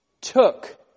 took